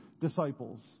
disciples